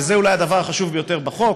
וזה אולי הדבר החשוב ביותר בחוק,